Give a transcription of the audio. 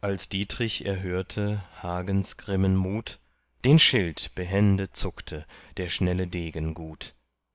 als dietrich erhörte hagens grimmen mut den schild behende zuckte der schnelle degen gut